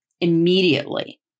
immediately